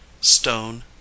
stone